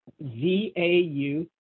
V-A-U